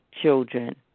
children